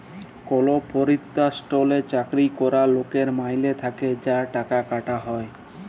call পরতিষ্ঠালে চাকরি ক্যরা লকের মাইলে থ্যাকে যা টাকা কাটা হ্যয়